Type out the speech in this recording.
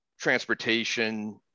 transportation